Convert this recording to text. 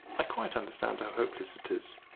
i quite understand how hopeless it is.